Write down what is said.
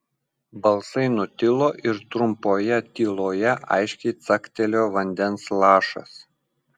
balsai nutilo ir trumpoje tyloje aiškiai caktelėjo vandens lašas